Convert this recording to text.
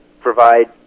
provide